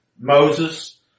Moses